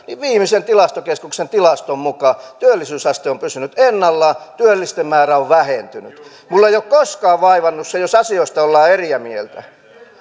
niin viimeisen tilastokeskuksen tilaston mukaan työllisyysaste on pysynyt ennallaan työllisten määrä on vähentynyt minua ei ole koskaan vaivannut se jos asioista ollaan eri mieltä